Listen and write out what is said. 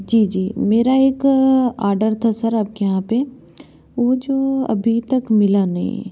जी जी मेरा एक ऑर्डर था सर आपके यहाँ पे जो अभी तक मिला नहीं